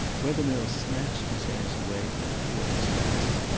wethermill snatched his hands away from before his face.